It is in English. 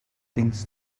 things